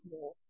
more